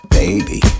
baby